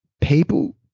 people